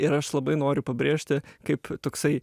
ir aš labai noriu pabrėžti kaip toksai